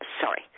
Sorry